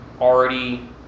already